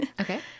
Okay